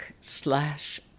slash